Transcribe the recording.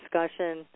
discussion